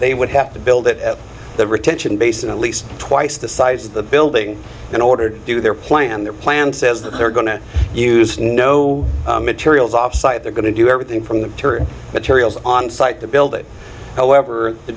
they would have to build it at the retention base at least twice the size of the building in order to do their plan their plan says that they're going to use no materials off site they're going to do everything from the materials on site to build it however to